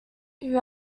who